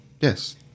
Yes